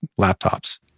laptops